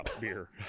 beer